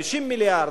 50 מיליארד,